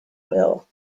will